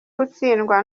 gutsindwa